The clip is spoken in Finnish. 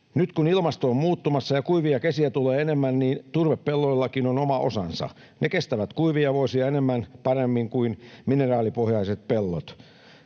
Nyt, kun ilmasto on muuttumassa ja kuivia kesiä tulee enemmän, turvepelloillakin on oma osansa. Ne kestävät kuivia vuosia paremmin kuin mineraalipohjaiset pellot.